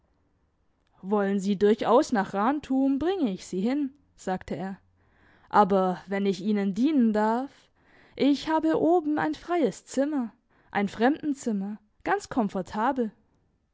wollen sie durchaus nach rantum bringe ich sie hin sagte er aber wenn ich ihnen dienen darf ich habe oben ein freies zimmer ein fremdenzimmer ganz komfortable